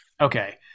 okay